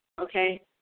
okay